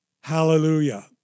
Hallelujah